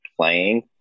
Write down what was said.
playing